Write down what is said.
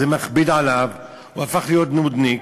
זה מכביד עליו, הוא הפך להיות נודניק.